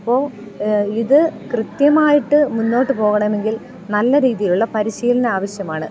അപ്പോൾ ഇത് കൃത്യമായിട്ട് മുന്നോട്ട് പോകണമെങ്കിൽ നല്ല രീതിയിലുള്ള പരിശീലനം ആവശ്യമാണ്